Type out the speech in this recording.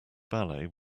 ballet